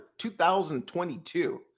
2022